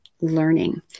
learning